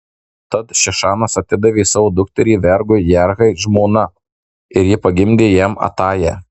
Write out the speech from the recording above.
tad šešanas atidavė savo dukterį vergui jarhai žmona ir ji pagimdė jam atają